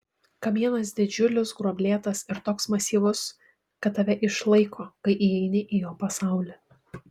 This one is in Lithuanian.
kamienas didžiulis gruoblėtas ir toks masyvus kad tave išlaiko kai įeini į jo pasaulį